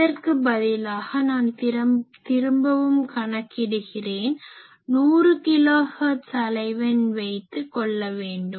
இதற்கு பதிலாக நான் திரும்பவும் கணக்கிடுகிறேன் 100 கிலோ ஹெர்ட்ஸ் அலைவெண் வைத்து கொள்ள வேண்டும்